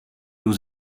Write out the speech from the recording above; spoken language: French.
aux